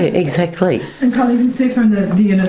exactly. and kylie, you can see from the